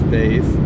days